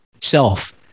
self